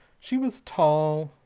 she was tall,